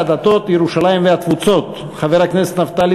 הדתות וירושלים והתפוצות חבר הכנסת נפתלי